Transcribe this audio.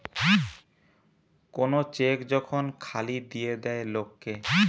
কোন চেক যখন খালি দিয়ে দেয় লোক কে